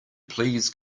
please